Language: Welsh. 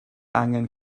angen